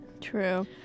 True